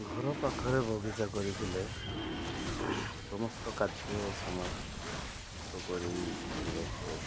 ଘର ପାଖରେ ବଗିଚା କରିଥିଲେ ସମସ୍ତ କାର୍ଯ୍ୟ ସମାପ୍ତ କରିସାରିବା ପରେ